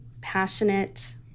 passionate